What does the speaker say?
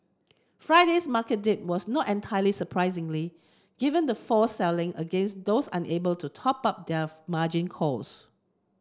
Friday's market dip was not entirely surprising given the forced selling against those unable to top up their margin calls